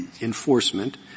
enforcement